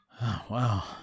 Wow